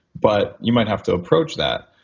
but you might have to approach that.